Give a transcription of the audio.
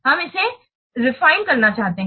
हम इसे निखारना करना चाहते हैं